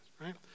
right